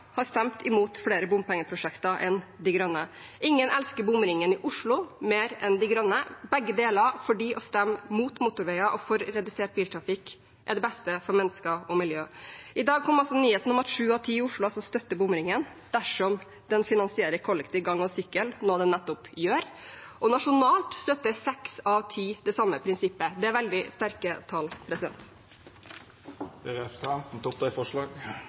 har stemt imot flere bompengeprosjekter enn De Grønne, ingen elsker bomringen i Oslo mer enn De Grønne – begge deler fordi å stemme mot motorveier og for redusert biltrafikk er det beste for mennesker og miljø. I dag kom nyheten om at sju av ti i Oslo støtter bomringen dersom den finansierer kollektiv, gange og sykkel, noe den nettopp gjør. Nasjonalt støtter seks av ti det samme prinsippet. Det er veldig sterke tall. Jeg tar opp forslagene fra Miljøpartiet De